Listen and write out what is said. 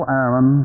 Aaron